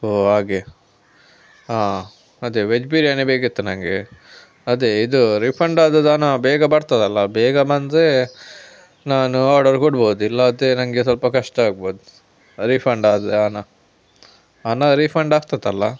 ಓಹ್ ಹಾಗೆ ಹಾಂ ಅದೇ ವೆಜ್ ಬಿರಿಯಾನಿ ಬೇಕಿತ್ತು ನನಗೆ ಅದೆ ಇದು ರೀಫಂಡ್ ಆದದ್ದು ಹಣ ಬೇಗ ಬರ್ತದಲ್ಲ ಬೇಗ ಬಂದರೆ ನಾನು ಆರ್ಡರ್ ಕೊಡ್ಬೋದು ಇಲ್ಲ ಅಂದರೆ ನನಗೆ ಸ್ವಲ್ಪ ಕಷ್ಟ ಆಗ್ಬೋದು ರೀಫಂಡ್ ಆದರೆ ಹಣ ಹಣ ರೀಫಂಡ್ ಆಗ್ತದಲ್ಲ